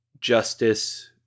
justice